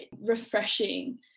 refreshing